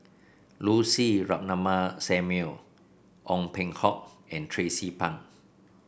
Lucy Ratnammah Samuel Ong Peng Hock and Tracie Pang